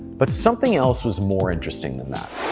but something else was more interesting than that.